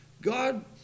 god